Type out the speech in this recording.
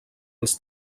els